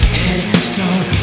headstone